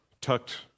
tucked